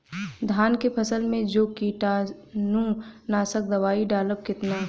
धान के फसल मे जो कीटानु नाशक दवाई डालब कितना?